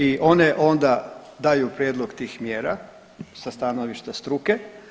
I one onda daju prijedlog tih mjera sa stanovišta struke.